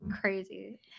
crazy